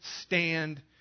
stand